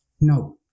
No